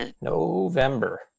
November